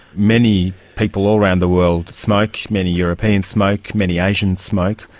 many people all around the world smoke, many europeans smoke, many asians smoke.